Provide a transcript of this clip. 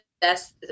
best